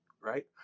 right